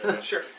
Sure